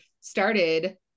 started